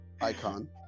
Icon